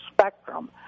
spectrum